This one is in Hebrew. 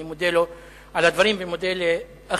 אני מודה לו על הדברים ומודה לאחרים,